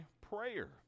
prayer